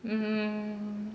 um